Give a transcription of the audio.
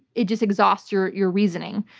it just exhausts your your reasoning.